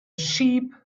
sheep